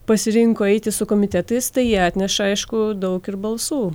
pasirinko eiti su komitetais tai atneša aišku daug ir balsų